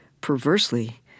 perversely